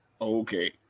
Okay